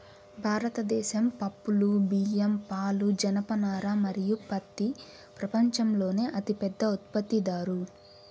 భారతదేశం పప్పులు, బియ్యం, పాలు, జనపనార మరియు పత్తి ప్రపంచంలోనే అతిపెద్ద ఉత్పత్తిదారు